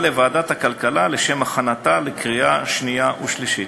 לוועדת הכלכלה לשם הכנתה לקריאה שנייה ושלישית.